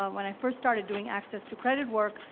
um when i first started doing access to credit work,